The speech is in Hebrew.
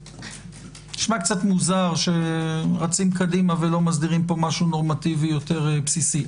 נשמע קצת מוזר שרצים קדימה ולא מסדירים פה משהו נורמטיבי יותר בסיסי.